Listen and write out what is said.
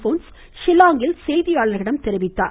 bones ஷில்லாங்கில் செய்தியாளர்களிடம் தெரிவித்தார்